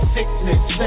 Sickness